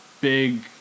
big